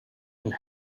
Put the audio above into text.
and